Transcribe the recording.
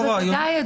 בוודאי.